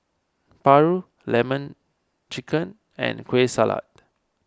Paru Lemon Chicken and Kueh Salat